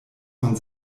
von